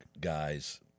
guys –